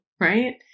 right